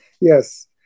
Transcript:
yes